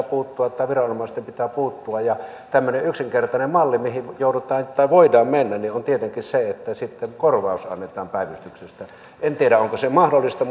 puuttua tai viranomaisten pitää puuttua ja tämmöinen yksinkertainen malli mihin joudutaan tai voidaan mennä on tietenkin se että sitten korvaus annetaan päivystyksestä en tiedä onko se mahdollista